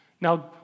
Now